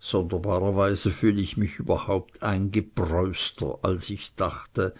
sonderbarerweise fühl ich mich überhaupt eingepreußter als ich dachte